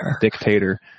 dictator